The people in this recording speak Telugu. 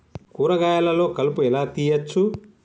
కూరగాయలలో కలుపు ఎలా తీయచ్చు?